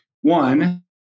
one